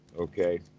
Okay